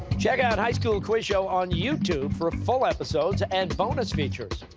check out high school quiz show on youtube for full episodes and bonus features.